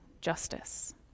justice